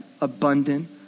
abundant